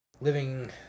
Living